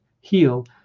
heal